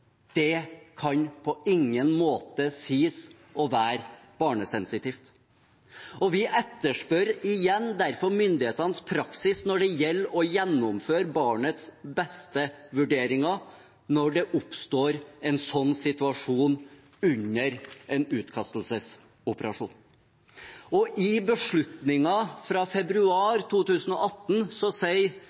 land kan på ingen måte sies å være barnesensitivt. Vi etterspør derfor igjen myndighetenes praksis når det gjelder å gjennomføre barnets-beste-vurderinger når det oppstår en slik situasjon under en utkastelsesoperasjon. I beslutningen fra februar 2018 sier